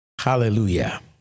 Hallelujah